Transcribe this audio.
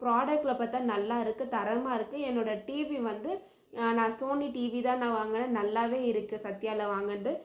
ப்ராடக்ட்டில் பார்த்தா நல்லா இருக்குது தரமாக இருக்குது என்னோடய டிவி வந்து நான் சோனி டிவி தான் நான் வாங்கினேன் நல்லாவே இருக்குது சத்யாவில் வாங்கினது